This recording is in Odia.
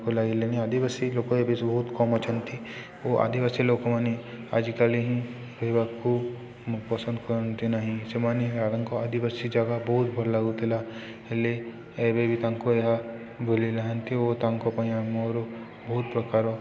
ଲାଗିଲେଣି ଆଦିବାସୀ ଲୋକ ଏବେ ବହୁତ କମ୍ ଅଛନ୍ତି ଓ ଆଦିବାସୀ ଲୋକମାନେ ଆଜିକାଲି ହିଁ ରହିବାକୁ ପସନ୍ଦ କରନ୍ତି ନାହିଁ ସେମାନେ ତାଙ୍କ ଆଦିବାସୀ ଜାଗା ବହୁତ ଭଲ ଲାଗୁଥିଲା ହେଲେ ଏବେ ବି ତାଙ୍କୁ ଏହା ଭୁଲ ନାହାନ୍ତି ଓ ତାଙ୍କ ପାଇଁ ଆମର ବହୁତ ପ୍ରକାର